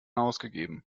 ausgegeben